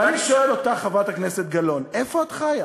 איפה את,